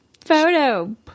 photo